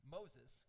Moses